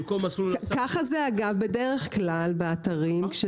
ככה זה בדרך כלל באתרים.